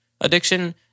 addiction